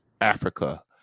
Africa